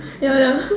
ya ya